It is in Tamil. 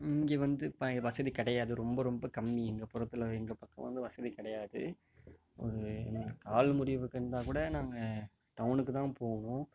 இங்கே வந்து இப்போ வசதி கிடையாது ரொம்ப ரொம்ப கம்மி எங்கள் புறத்தில் எங்கள் பக்கம் வந்து வசதி கிடையாது ஒரு கால் முறிவுக்கு கூட நாங்கள் டவுனுக்குதான் போவோம்